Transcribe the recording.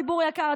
ציבור יקר,